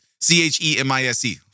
C-H-E-M-I-S-E